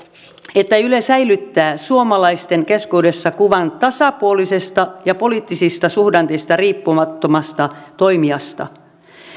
että yle säilyttää suomalaisten keskuudessa kuvan tasapuolisesta ja poliittisista suhdanteista riippumattomasta toimijasta